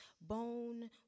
bone